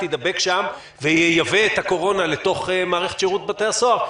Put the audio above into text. ידבק שם וייבא את הקורונה לתוך מערכת שירות בתי הסוהר,